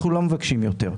אנחנו לא מבקשים יותר.